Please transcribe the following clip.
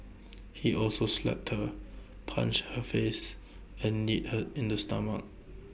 he also slapped her punched her face and kneed her in the stomach